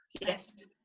yes